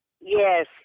Yes